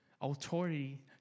authority